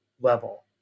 level